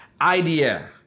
Idea